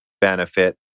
benefit